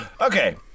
Okay